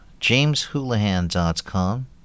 JamesHoulihan.com